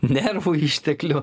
nervų išteklių